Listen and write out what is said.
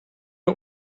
not